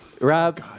Rob